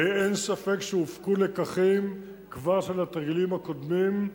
ואין ספק שכבר הופקו לקחים מהתרגילים הקודמים,